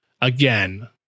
Again